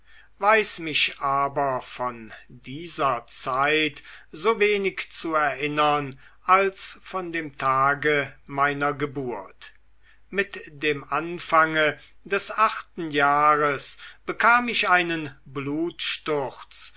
weiß mich aber von dieser zeit so wenig zu erinnern als von dem tage meiner geburt mit dem anfange des achten jahres bekam ich einen